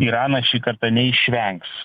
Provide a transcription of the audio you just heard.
iranas šį kartą neišvengs